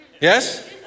Yes